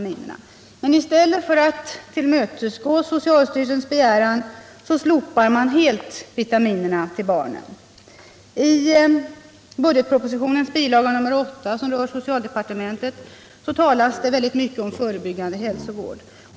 Men i stället för att tillmötesgå socialstyrelsens begäran slopar man helt vitaminerna till barnen. I budgetpropositionens bil. 8, som rör socialdepartementet, talas det väldigt mycket om förebyggande hälsovård.